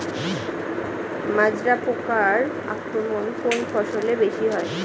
মাজরা পোকার আক্রমণ কোন ফসলে বেশি হয়?